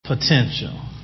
Potential